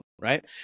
Right